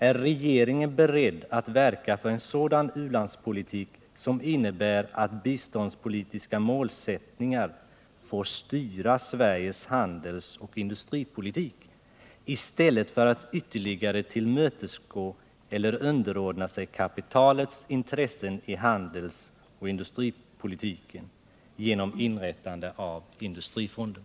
Är regeringen beredd att verka för en sådan u-landspolitik som innebär att biståndspolitiska målsättningar får styra Sveriges handelsoch industripolitik i stället för att ytterligare tillmötesgå eller underordna sig kapitalets intressen i handelsoch industripolitiken genom inrättande av industifonder?